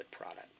product